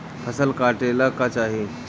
फसल काटेला का चाही?